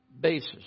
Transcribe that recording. basis